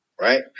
right